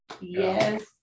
Yes